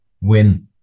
win